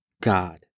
God